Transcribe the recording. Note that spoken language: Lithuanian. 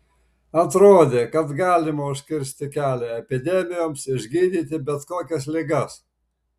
atrodė kad galima užkirsti kelią epidemijoms išgydyti bet kokias ligas